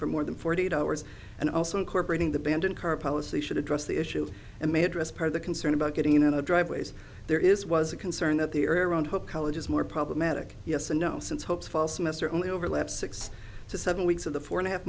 for more than forty eight hours and also in bringing the band in car policy should address the issue and may address part of the concern about getting into driveways there is was a concern that the air on hope college is more problematic yes and no since hopes fall semester only overlap six to seven weeks of the four and a half